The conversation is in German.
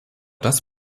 das